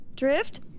Drift